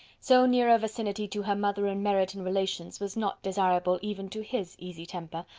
so near a vicinity to her mother and meryton relations was not desirable even to his easy temper,